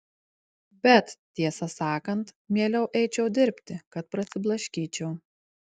bet tiesą sakant mieliau eičiau dirbti kad prasiblaškyčiau